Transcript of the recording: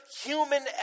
human